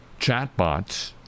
chatbots